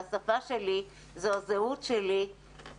שהשפה שלי זאת הזהות שלי,